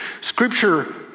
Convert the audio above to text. Scripture